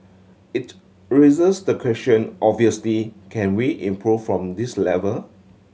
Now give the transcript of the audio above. it raises the question obviously can we improve from this level